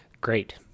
Great